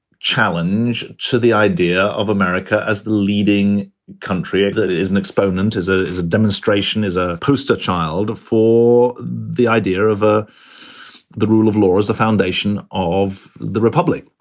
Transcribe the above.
challenge to the idea of america as the leading country. that is an exponent, as ah is a demonstration, is a poster child for the idea of ah the rule of law, as the foundation of the republic.